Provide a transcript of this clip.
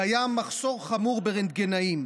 קיים מחסור חמור ברנטגנאים.